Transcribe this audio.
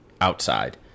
outside